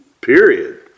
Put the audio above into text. Period